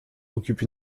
occupe